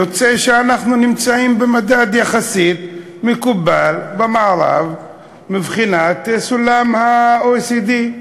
יוצא שאנחנו נמצאים במדד יחסית מקובל במערב מבחינת סולם ה-OECD.